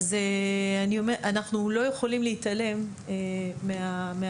אנחנו לא יכולים להתעלם מהמציאות,